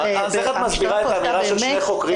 איך את מסבירה את האמירה של שני חוקרים